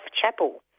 Chapel